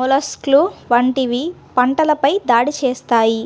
మొలస్క్లు వంటివి పంటలపై దాడి చేస్తాయి